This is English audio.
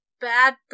bad